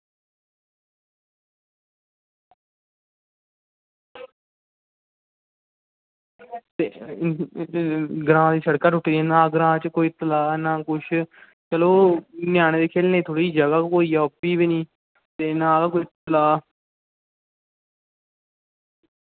ते ग्रां दी शिड़कां टुट्टी गेदियां ते ग्रांऽ च ना किश चलो ञ्यानें गी खेल्लने गी जगह होई जा ओह्बी नेईं ते ना गै कोई तलाऽ